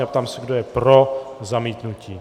Ptám se, kdo je pro zamítnutí.